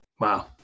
Wow